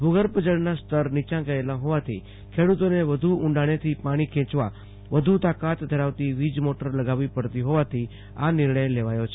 ભુર્ગભ જળના સ્તર નીચા ગયેલા હોવાથી ખેડૂતોને વધુ ઉંડાણેથી પાણી ખેંચવા વધુ તાકાત ધરાવતો વીજ મોટર લગાવવો પડતો હોવાથો આ નિર્ણય લેવાયો છે